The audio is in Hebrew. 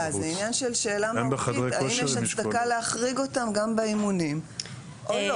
זה עניין של שאלה מהותית האם יש הצדקה להחריג אותם גם באימונים או לא?